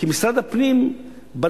כי משרד הפנים יודע,